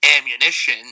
ammunition